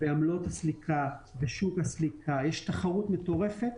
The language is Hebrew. בעלויות הסליקה, בשוק הסליקה, יש תחרות מטורפת,